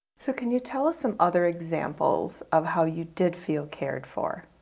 so can you tell us some other examples of how you did feel cared for?